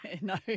No